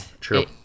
true